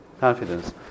confidence